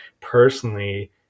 personally